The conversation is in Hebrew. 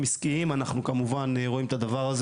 עסקיים אנחנו כמובן רואים את הדבר,